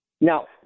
Now